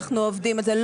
אנחנו עובדים על זה.